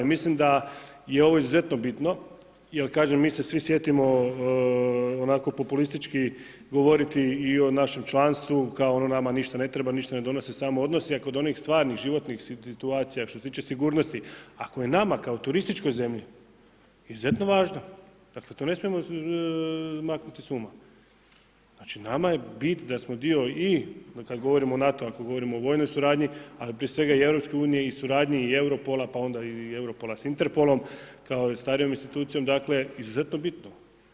Mislim da je ovo izuzetno bitno je kažem, mi se svi sjetimo onako populistički govoriti i o našem članstvu kao ono nama ništa ne treba, ništa ne donosi, samo odnosi, a kod onih stvarnih životnih situacija, što se tiče sigurnosti, ako je nama kao turističkoj zemlji izuzetno važno, dakle to ne smijemo maknuti s uma, znači nama je bit da smo dio i kad govorimo o NATO, ako govorimo o vojnoj suradnji, ali prije svega i EU i suradnji i Europola, pa onda i Europola s Interpolom kao starijom institucijom, dakle izuzetno bitno.